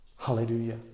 Hallelujah